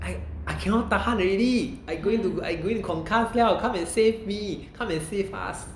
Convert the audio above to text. I I cannot tahan already I going to I going to concuss liao come and save me come and save us